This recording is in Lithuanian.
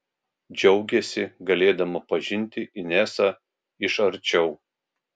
džiaugėsi galėdama pažinti inesą iš arčiau